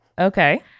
okay